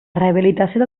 rehabilitació